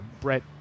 Brett